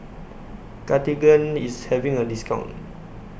Cartigain IS having A discount